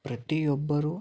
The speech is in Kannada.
ಪ್ರತಿ ಒಬ್ಬರು